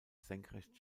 senkrecht